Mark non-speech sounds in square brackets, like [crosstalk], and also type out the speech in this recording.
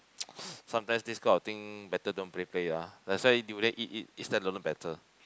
[noise] sometimes this kind of thing better don't play play ah that's why durian eat eat instead don't know better